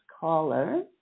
caller